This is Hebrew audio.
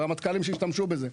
רמטכ"לים שהשתמשו בזה.